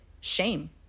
shame